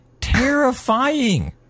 Terrifying